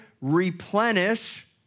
replenish